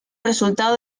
resultado